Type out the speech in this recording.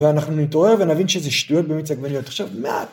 ואנחנו נתעורר ונבין שזה שטויות במיץ עגבניות. עכשיו מ...